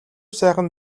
сайхан